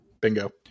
Bingo